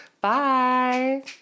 Bye